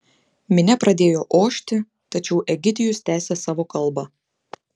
minia pradėjo ošti tačiau egidijus tęsė savo kalbą